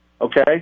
okay